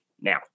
now